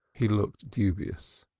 he looked dubious.